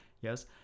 yes